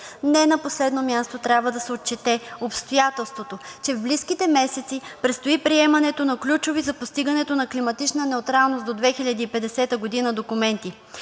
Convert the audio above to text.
Не на последно място, трябва да се отчете обстоятелството, че в близките месеци предстои приемането на ключови за постигането на климатична неутралност до 2050 г. документи.